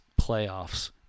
playoffs